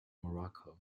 morocco